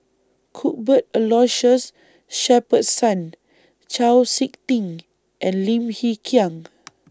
Cuthbert Aloysius Shepherdson Chau Sik Ting and Lim Hng Kiang